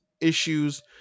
issues